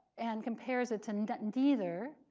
and compares it to and and neither,